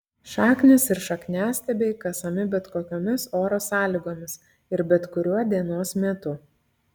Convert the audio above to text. šaknys ir šakniastiebiai kasami bet kokiomis oro sąlygomis ir bet kuriuo dienos metu